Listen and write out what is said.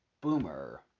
boomer